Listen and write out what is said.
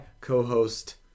co-host